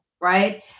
right